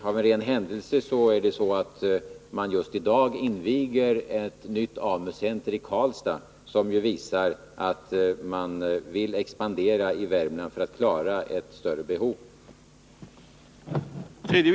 Av en ren händelse är det så att man just i dag inviger ett nytt AMU-center i Karlstad. Det visar ju att man vill expandera i Värmland för att klara ett större behov.